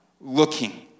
looking